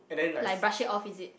like brush it off is it